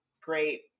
great